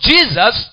Jesus